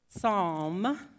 Psalm